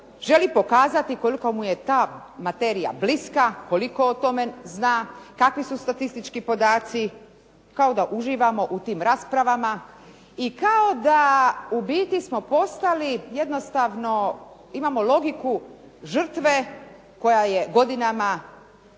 želi pokazati koliko mu je ta materija bliska, koliko o tome zna, kakvi su statistički podaci kao da uživamo u tim rasprava i kao da u biti smo postali jednostavno imamo logiku žrtve koja je godinama